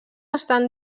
estan